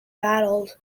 battled